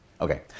Okay